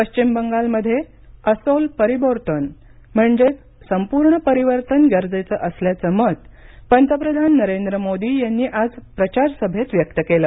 पश्चिम बंगालमध्ये असोल परिबोर्तन म्हणजेच संपूर्ण परिवर्तन गरजेचं असल्याचं मत पंतप्रधान नरेंद्र मोदी यांनी आज प्रचारसभेत व्यक्त केलं